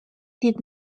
did